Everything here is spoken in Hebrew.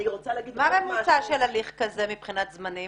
מה הממוצע של הליך כזה מבחינת זמנים?